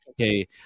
okay